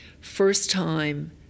first-time